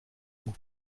goût